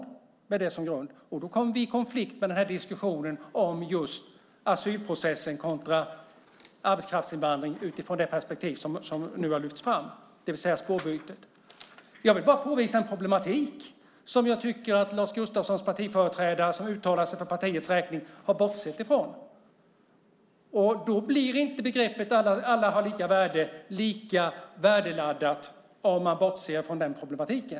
Då kommer det att bli en konflikt när det gäller den här diskussionen om just asylprocessen kontra arbetskraftsinvandring utifrån det perspektiv som nu har lyfts fram, det vill säga spårbytet. Jag vill bara påvisa en problematik som jag tycker att Lars Gustafssons partiföreträdare, som uttalar sig för partiets räkning, har bortsett från. Då blir inte begreppet alla har lika värde lika värdeladdat, om man bortser från den problematiken.